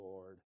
Lord